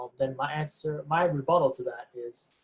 then my answer my rebuttal to that is,